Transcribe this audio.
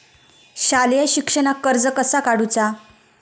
शालेय शिक्षणाक कर्ज कसा काढूचा?